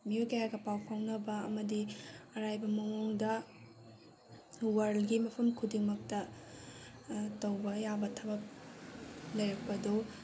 ꯃꯤꯑꯣꯏ ꯀꯌꯥꯒ ꯄꯥꯎ ꯐꯥꯎꯅꯕ ꯑꯃꯗꯤ ꯑꯔꯥꯏꯕ ꯃꯑꯣꯡꯗ ꯋꯥꯔꯜꯒꯤ ꯃꯐꯝ ꯈꯨꯗꯤꯡꯃꯛꯇ ꯇꯧꯕ ꯌꯥꯕ ꯊꯕꯛ ꯂꯩꯔꯛꯄꯗꯣ